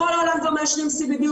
בכל העולם כבר מאשרים CBD,